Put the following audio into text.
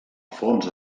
fons